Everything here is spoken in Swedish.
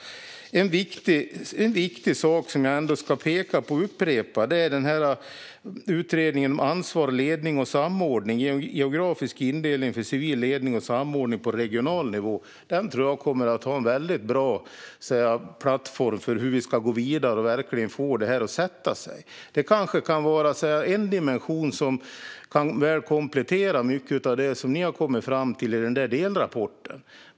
En viktig sak som jag ska peka på och upprepa är utredningen om ansvar, ledning och samordning, som gäller geografisk indelning för civil ledning och samordning på regional nivå. Den tror jag kommer att bli en väldigt bra plattform för hur vi ska gå vidare och verkligen få detta att sätta sig. Det kanske kan vara en dimension som kan komplettera mycket av det som ni har kommit fram till i delrapporten.